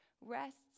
rests